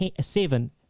Seven